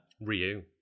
Ryu